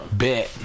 bet